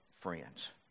friends